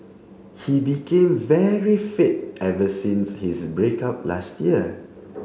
he became very fit ever since his break up last year